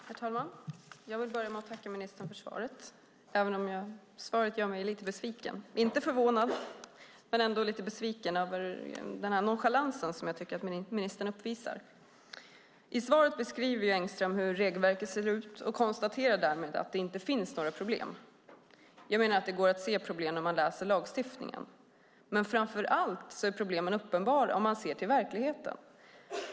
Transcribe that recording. Herr talman! Jag vill börja med att tacka ministern för svaret, även om det gör mig lite besviken. Jag är inte förvånad, men ändå lite besviken över den nonchalans jag tycker att ministern uppvisar. I svaret beskriver Engström hur regelverket ser ut och konstaterar att det därmed inte finns några problem. Jag menar att det går att se problem om man läser lagstiftningen, men framför allt är problemen uppenbara om man ser till verkligheten.